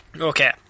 Okay